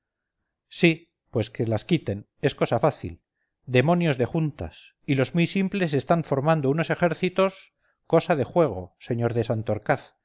sí pues que las quiten es cosa fácil demonios de juntas y los muy simples están formando unos ejércitos cosa de juego sr de